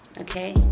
okay